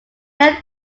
then